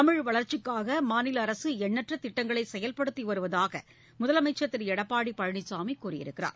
தமிழ் வளர்ச்சிக்காக மாநில அரசு எண்ணற்ற திட்டங்களை செயல்படுத்தி வருவதாக முதலமைச்சர் திரு எடப்பாடி பழனிசாமி கூறியுள்ளார்